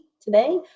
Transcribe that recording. Today